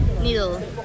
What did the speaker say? Needle